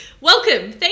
welcome